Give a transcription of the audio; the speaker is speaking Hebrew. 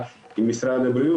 חברת הכנסת מיכל וולדיגר.